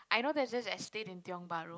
I know there's this estate in Tiong-Bahru